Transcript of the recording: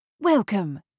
Welcome